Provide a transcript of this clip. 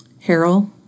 Harold